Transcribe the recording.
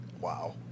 Wow